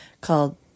called